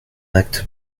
acte